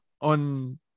on